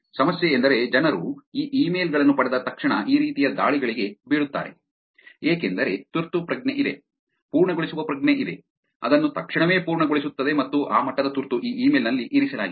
ಸಮಸ್ಯೆಯೆಂದರೆ ಜನರು ಈ ಇಮೇಲ್ ಗಳನ್ನು ಪಡೆದ ತಕ್ಷಣ ಈ ರೀತಿಯ ದಾಳಿಗಳಿಗೆ ಬೀಳುತ್ತಾರೆ ಏಕೆಂದರೆ ತುರ್ತು ಪ್ರಜ್ಞೆ ಇದೆ ಪೂರ್ಣಗೊಳಿಸುವ ಪ್ರಜ್ಞೆ ಇದೆ ಅದನ್ನು ತಕ್ಷಣವೇ ಪೂರ್ಣಗೊಳಿಸುತ್ತದೆ ಮತ್ತು ಆ ಮಟ್ಟದ ತುರ್ತು ಈ ಇಮೇಲ್ ನಲ್ಲಿ ಇರಿಸಲಾಗಿದೆ